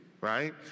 right